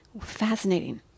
Fascinating